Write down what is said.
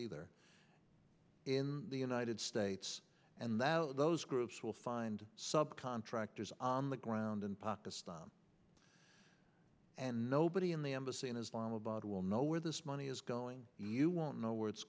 either in the united states and those groups will find sub contractors on the ground in pakistan and nobody in the embassy in islamabad will know where this money is going you won't know where it's